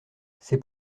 c’est